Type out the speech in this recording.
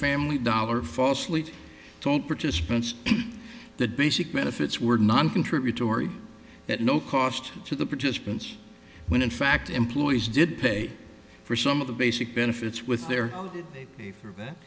family dollar falsely told participants the basic benefits were noncontributory at no cost to the participants when in fact employees did pay for some of the basic benefits with their